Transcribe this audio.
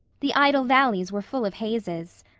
the idle valleys were full of hazes.